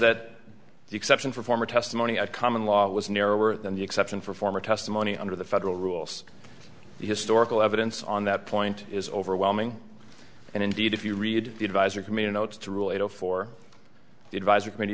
that the exception for former testimony at common law was narrower than the exception for former testimony under the federal rules the historical evidence on that point is overwhelming and indeed if you read the advisory committee notes to rule eight zero four the advisory committee